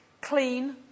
clean